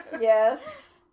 Yes